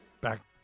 Back